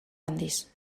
handiz